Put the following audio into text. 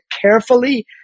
carefully